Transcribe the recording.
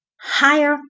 higher